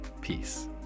peace